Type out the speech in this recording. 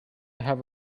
have